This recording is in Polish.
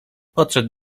podszedł